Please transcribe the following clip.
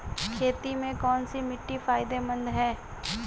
खेती में कौनसी मिट्टी फायदेमंद है?